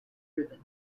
ribbon